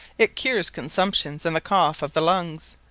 it cures consumptions, and the cough of the lungs,